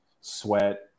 Sweat